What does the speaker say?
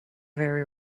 very